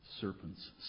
serpent's